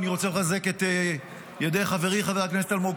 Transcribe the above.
אני רוצה לחזק את ידי חברי חבר הכנסת אלמוג